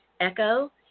Echo